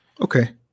Okay